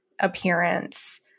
appearance